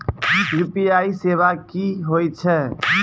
UPI सेवा की होय छै?